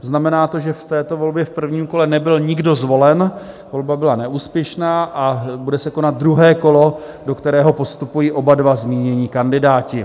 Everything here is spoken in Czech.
Znamená to, že v této volbě v prvním kole nebyl nikdo zvolen, volba byla neúspěšná a bude se konat druhé kolo, do kterého postupují oba dva zmínění kandidáti.